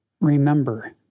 remember